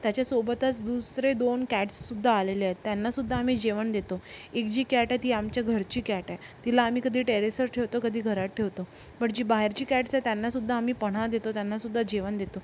त्याच्यासोबतच दुसरे दोन कॅटसुद्धा आलेले आहे त्यांनासुद्धा आम्ही जेवण देतो एक जी कॅट आहे ती आमच्या घरची कॅट आहे तिला आम्ही कधी टेरेसवर ठेवतो कधी घरात ठेवतो पण जी बाहेरची कॅट्स आहे त्यांनासुद्धा आम्ही पनाह देतो त्यांनासुद्धा जेवण देतो